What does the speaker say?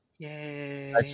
Yay